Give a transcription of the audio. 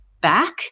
back